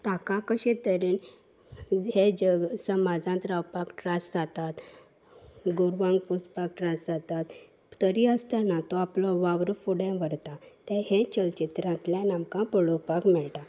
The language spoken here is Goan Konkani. ताका कशे तरेन हे जग समाजांत रावपाक त्रास जातात गोरवांक पोसपाक त्रास जातात तरी आसतना तो आपलो वावरो फुडें व्हरता ते हे चलचित्रांतल्यान आमकां पळोवपाक मेळटा